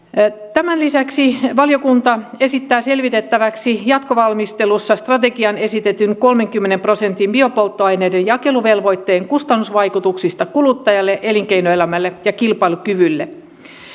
tämän lisäksi valiokunta esittää selvitettäväksi jatkovalmistelussa strategiassa esitetyn kolmenkymmenen prosentin biopolttoaineiden jakeluvelvoitteen kustannusvaikutuksia kuluttajalle elinkeinoelämälle ja kilpailukyvylle